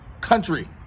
country